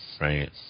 right